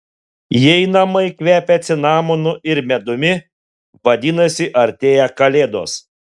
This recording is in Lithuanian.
jei namai kvepia cinamonu ir medumi vadinasi artėja kalėdos